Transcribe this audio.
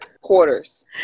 Quarters